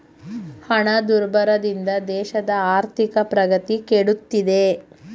ಹಣದುಬ್ಬರದಿಂದ ದೇಶದ ಆರ್ಥಿಕ ಪ್ರಗತಿ ಕೆಡುತ್ತಿದೆ